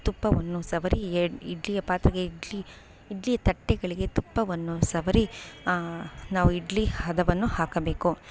ತುಪ್ಪವನ್ನು ಸವರಿ ಎ ಇಡ್ಲಿಯ ಪಾತ್ರೆಗೆ ಇಡ್ಲಿ ಇಡ್ಲಿಯ ತಟ್ಟೆಗಳಿಗೆ ತುಪ್ಪವನ್ನು ಸವರಿ ನಾವು ಇಡ್ಲಿ ಹದವನ್ನು ಹಾಕಬೇಕು